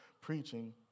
preaching